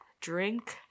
drink